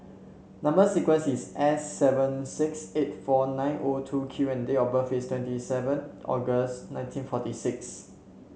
number sequence is S seven six eight four nine O two Q and date of birth is twenty seven August nineteen forty six